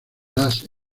last